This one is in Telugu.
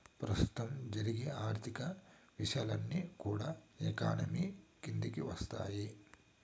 ప్రస్తుతం జరిగే ఆర్థిక విషయాలన్నీ కూడా ఎకానమీ కిందికి వత్తాయి